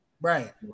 Right